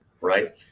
Right